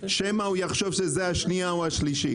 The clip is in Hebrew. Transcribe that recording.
שמא הוא יחשוב שזו השנייה או השלישית.